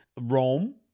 Rome